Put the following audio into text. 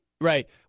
Right